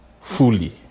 Fully